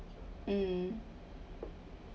um